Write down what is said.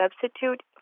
substitute